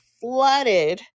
flooded